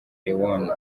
leone